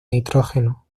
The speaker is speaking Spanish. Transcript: nitrógeno